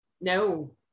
No